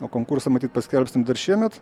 o konkursą matyt paskelbsim dar šiemet